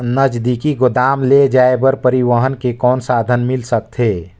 नजदीकी गोदाम ले जाय बर परिवहन के कौन साधन मिल सकथे?